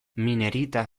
minerita